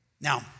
Now